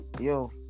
Yo